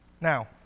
Now